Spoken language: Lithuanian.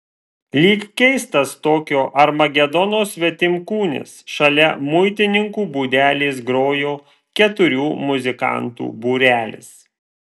lyg keistas tokio armagedono svetimkūnis šalia muitininkų būdelės grojo keturių muzikantų būrelis